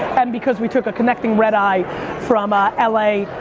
and because we took a connecting red-eye from ah ah like